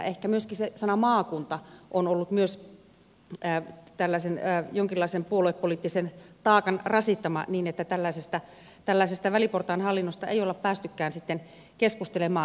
ehkä myöskin se sana maakunta on ollut tällaisen jonkinlaisen puoluepoliittisen taakan rasittama niin että tällaisesta väliportaan hallinnosta ei olla päästykään sitten keskustelemaan